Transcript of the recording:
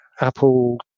apple